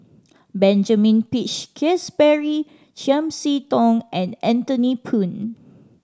Benjamin Peach Keasberry Chiam See Tong and Anthony Poon